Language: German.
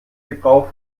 gebrauch